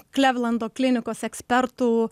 klevlando klinikos ekspertų